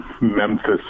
Memphis